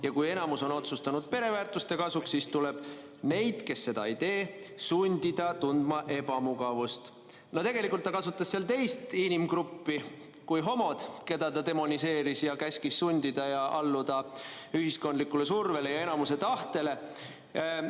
Ja kui enamus on otsustanud pereväärtuste kasuks, siis need, kes seda ei tee, peavadki tundma ebamugavust." No tegelikult ta nimetas seal teist inimgruppi kui homod, keda ta demoniseeris ja käskis sundida ja alluda ühiskondlikule survele ja enamuse tahtele.